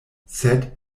sed